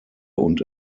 und